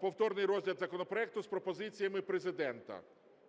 повторний розгляд законопроекту з пропозиціями Президента.